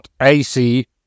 AC